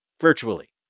virtually